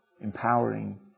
empowering